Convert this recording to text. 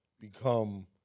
become